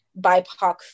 BIPOC